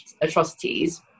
atrocities